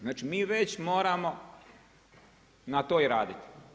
Znači mi već moramo na tom raditi.